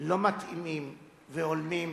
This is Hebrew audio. לא מתאימים והולמים,